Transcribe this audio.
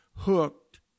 Hooked